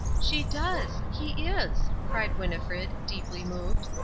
she does. he is! cried winnifred, deeply moved.